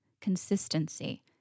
Consistency